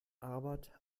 arbeit